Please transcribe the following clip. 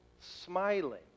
smiling